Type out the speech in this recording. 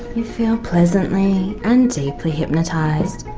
you feel pleasantly and deeply hypnotised,